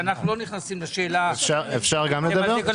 אדוני, כבודך, יש עוד משהו.